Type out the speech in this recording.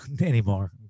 anymore